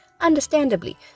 understandably